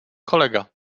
kolega